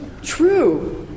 True